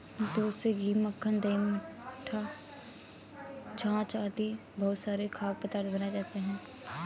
दूध से घी, मक्खन, दही, मट्ठा, छाछ आदि बहुत सारे खाद्य पदार्थ बनाए जाते हैं